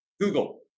google